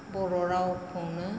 बर' रावखौनो